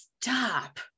stop